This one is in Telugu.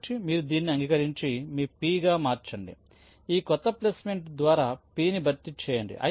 కాబట్టి మీరు దీన్ని అంగీకరించి మీ P గా మార్చండి ఈ క్రొత్త ప్లేస్మెంట్ ద్వారా P ని భర్తీ చేయండి